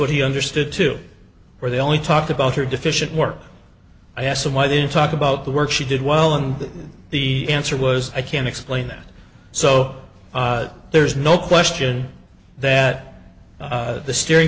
what he understood too where they only talked about her deficient work i asked them why they didn't talk about the work she did well and that the answer was i can explain that so there's no question that the steering